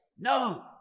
No